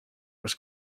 was